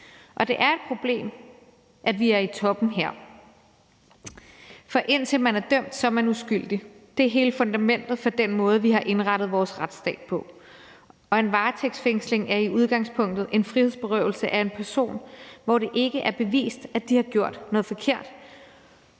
og det er et problem, at vi her er i toppen. For indtil man er dømt, er man uskyldig. Det er hele fundamentet for den måde, vi har indrettet vores retsstat på, og en varetægtsfængsling er i udgangspunktet en frihedsberøvelse af en person, hvor det ikke er bevist, at vedkommende har gjort noget forkert,